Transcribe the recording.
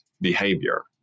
behavior